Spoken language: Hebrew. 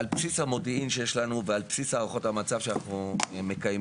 על בסיס המודיעין שיש לנו ועל בסיס הערכות המצב שאנחנו מקיימים,